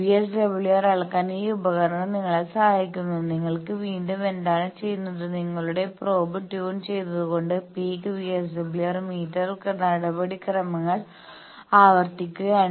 VSWR അളക്കാൻ ഈ ഉപകരണം നിങ്ങളെ സഹായിക്കുന്നു നിങ്ങൾ വീണ്ടും എന്താണ് ചെയ്യുന്നത് നിങ്ങളുടെ പ്രോബ് ട്യൂൺ ചെയ്തുകൊണ്ട് പീക്ക് VSWR മീറ്റർ നടപടിക്രമങ്ങൾ ആവർത്തിക്കുകയാണ്